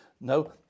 No